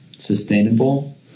sustainable